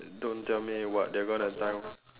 don't tell me what they gonna time